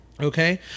Okay